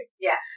Yes